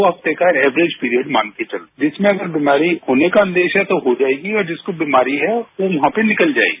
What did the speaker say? दो हफ्ते का एवरेज पीरियड मान के चलें जिसमें कि बीमारी होने का अंदेश है तो हो जायेगी और जिसको बीमारी है वो वहां पर निकल जायेगी